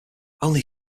only